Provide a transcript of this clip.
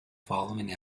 following